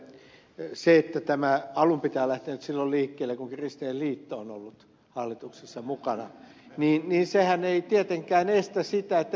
se että tämä alun pitäen on lähtenyt silloin liikkeelle kun kristillinen liitto on ollut hallituksessa mukana ei tietenkään estä sitä että ed